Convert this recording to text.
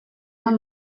den